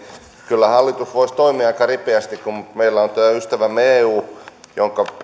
kyllä hallitus voisi toimia aika ripeästi mutta kun meillä on tämä ystävämme eu jonka